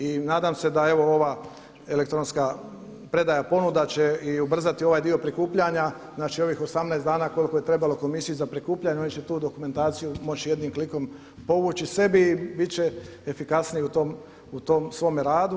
I nadam se da evo ova elektronska predaja ponuda će ubrzati i ovaj dio prikupljanja ovih 18 dana koliko je trebalo komisiji za prikupljanje oni će tu dokumentaciju moći jednim klikom povući sebi i bit će efikasniji u tom svom radu.